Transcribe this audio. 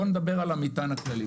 בוא נדבר על המטען הכללי.